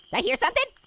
i hear something?